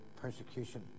persecution